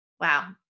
Wow